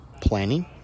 planning